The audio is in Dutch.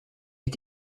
het